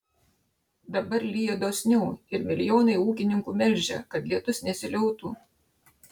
dabar lyja dosniau ir milijonai ūkininkų meldžia kad lietus nesiliautų